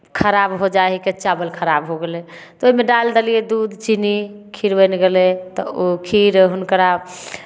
खराब हो जाइ हइके चावल खराब हो गेलै तऽ ओहिमे डालि देलियै दूध चीनी खीर बनि गेलै तऽ ओ खीर हुनकरा